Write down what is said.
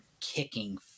kicking